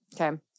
Okay